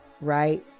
right